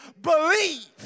believe